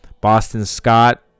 Boston-Scott